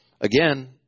Again